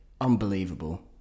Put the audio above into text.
Unbelievable